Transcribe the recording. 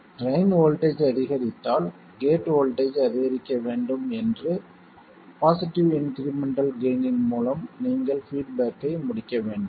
drain voltage அதிகரித்தால் gate voltage அதிகரிக்க வேண்டும் என்று பாசிட்டிவ் இன்க்ரிமெண்டல் கெய்ன் இன் மூலம் நீங்கள் பீட்பேக்கை முடிக்க வேண்டும்